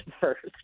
first